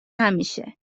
همیشه